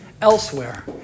elsewhere